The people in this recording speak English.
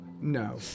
No